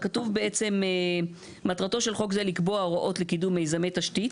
כתוב בעצם "מטרתו של חוק זה לקבוע הוראות לקידום מיזמי תשתית",